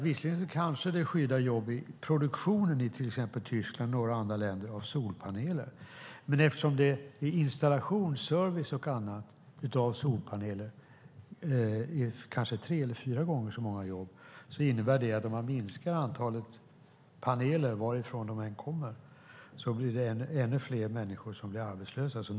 Visserligen kanske det skyddar jobb i produktionen av solpaneler i Tyskland och några andra länder, men eftersom till exempel installation och service av solpaneler ger tre eller kanske fyra gånger så många jobb innebär det att om man minskar antalet paneler, varifrån de än kommer, blir ännu fler människor arbetslösa.